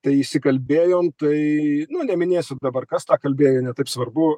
tai įsikalbėjom tai nu neminėsiu dabar kas tą kalbėjo ir ne taip svarbu